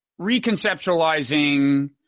reconceptualizing